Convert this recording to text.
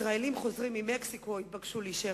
ישראלים שחוזרים ממקסיקו התבקשו להישאר